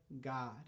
God